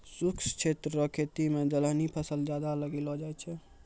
शुष्क क्षेत्र रो खेती मे दलहनी फसल ज्यादा लगैलो जाय छै